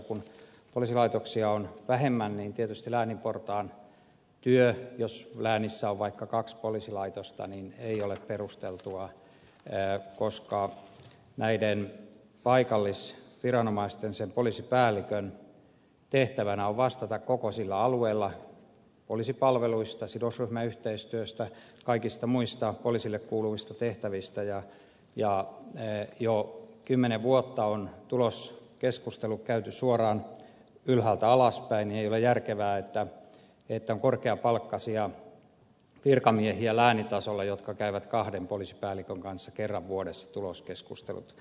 kun poliisilaitoksia on vähemmän niin tietysti läänin portaan työ jos läänissä on vaikka kaksi poliisilaitosta ei ole perusteltua koska näiden paikallisviranomaisten sen poliisipäällikön tehtävänä on vastata koko sillä alueella poliisipalveluista sidosryhmäyhteistyöstä kaikista muista poliisille kuuluvista tehtävistä ja kun jo kymmenen vuotta on tuloskeskustelut käyty suoraan ylhäältä alaspäin niin ei ole järkevää että on korkeapalkkaisia virkamiehiä läänin tasolla jotka käyvät kahden poliisipäällikön kanssa kerran vuodessa tuloskeskustelut